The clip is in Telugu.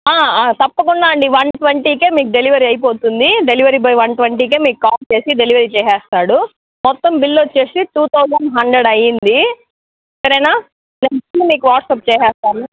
తప్పకుండా అండి వన్ ట్వంటీకే మీకు డెలివరీ అయిపోతుంది డెలివరీ బాయ్ వన్ ట్వంటీకే మీకు కాల్ చేసి డెలివరీ చేసేస్తాడు మొత్తం బిల్ వచ్చి టూ థౌజండ్ హండ్రెడ్ అయ్యింది సరేనా నేను బిల్ మీకు వాట్సాప్ చేసేస్తాను